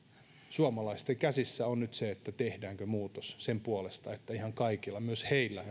suomalaisten käsissä on nyt se tehdäänkö muutos sen puolesta että ihan kaikilla myös heillä jotka